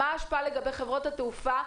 מה ההשפעה לגבי חברות התעופה,